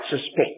suspect